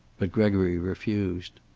but gregory refused.